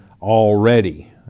already